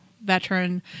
Veteran